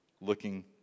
looking